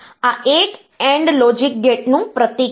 તેથી આ એક AND લોજિક ગેટનું પ્રતીક છે